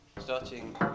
starting